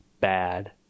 bad